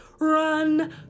Run